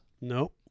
Nope